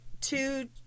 Two